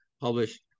publish